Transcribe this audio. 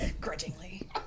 Grudgingly